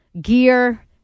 gear